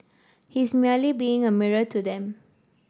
he's merely being a mirror to them